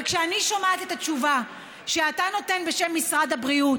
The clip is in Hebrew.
אבל כשאני שומעת את התשובה שאתה נותן בשם משרד הבריאות,